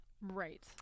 Right